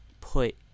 put